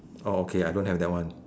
oh okay I don't have that one